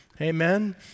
Amen